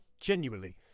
genuinely